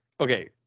okay